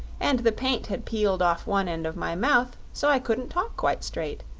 and the paint had peeled off one end of my mouth, so i couldn't talk quite straight.